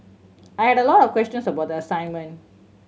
I had a lot of questions about the assignment